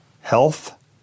health